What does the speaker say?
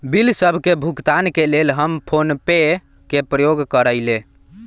bill सभ के भुगतान के लेल हम फोनपे के प्रयोग करइले